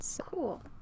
Cool